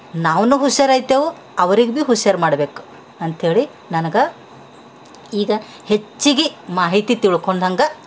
ನಾವ್ನು ಹುಷಾರ್ ಆಯ್ತೆವು ಅವ್ರಿಗೆ ಬಿ ಹುಷಾರು ಮಾಡ್ಬೇಕು ಅಂತಹೇಳಿ ನನಗೆ ಈಗ ಹೆಚ್ಚಿಗೆ ಮಾಹಿತಿ ತಿಳ್ಕೊಂಡು ಹಂಗೆ